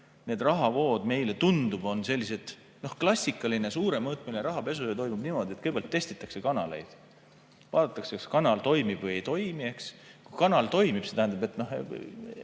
Need rahavood, meile tundub, on sellised … Noh, klassikaline suuremõõtmeline rahapesu toimub niimoodi, et kõigepealt testitakse kanaleid, vaadatakse, kas kanal toimib või ei toimi, eks. Kui kanal toimib – see tähendab, et